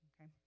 Okay